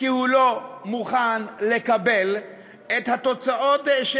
כי הוא לא מוכן לקבל את התוצאות של